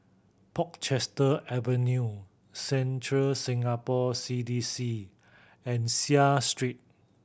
Portchester Avenue Central Singapore C D C and Seah Street